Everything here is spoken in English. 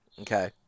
Okay